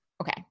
Okay